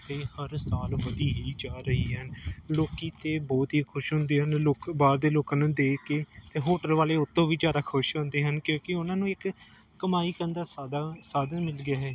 ਅਤੇ ਹਰ ਸਾਲ ਵਧੀ ਜਾ ਰਹੀ ਹੈ ਲੋਕ ਤਾਂ ਬਹੁਤ ਹੀ ਖੁਸ਼ ਹੁੰਦੇ ਹਨ ਲੋਕ ਬਾਹਰ ਦੇ ਲੋਕਾਂ ਨੂੰ ਦੇਖ ਕੇ ਅਤੇ ਹੋਟਲ ਵਾਲੇ ਉਹ ਤੋਂ ਵੀ ਜ਼ਿਆਦਾ ਖੁਸ਼ ਹੁੰਦੇ ਹਨ ਕਿਉਂਕਿ ਉਹਨਾਂ ਨੂੰ ਇੱਕ ਕਮਾਈ ਕਰਨ ਦਾ ਸਾਧਾ ਸਾਧਨ ਮਿਲ ਗਿਆ ਹੈ